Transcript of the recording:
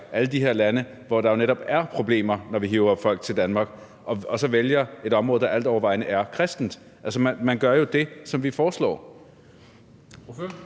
alle de her lande, hvor der jo netop er problemer, når vi hiver folk til Danmark, og så vælger et område, der altovervejende er kristent? Altså, man gør jo det, som vi foreslår.